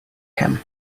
him